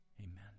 Amen